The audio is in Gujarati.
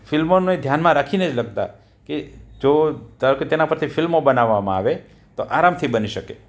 ફિલ્મોને ધ્યાનમાં રાખીને જ લખતા કે જો કે ધારો કે તેના પરથી ફિલ્મો બનવામાં આવે તો આરામથી બની શકે